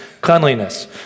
cleanliness